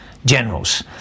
Generals